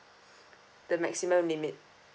the maximum limit